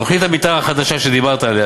תוכנית המתאר החדשה שדיברת עליה,